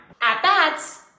At-bats